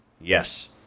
Yes